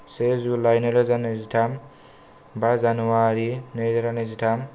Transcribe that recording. से जुलाई नैरोजा नैजिथाम बा जानुवारी नैरोजा नैजिथाम